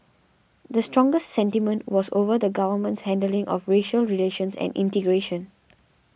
the strongest sentiment was over the government's handling of racial relations and integration